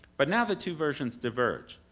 but now the two version diverge.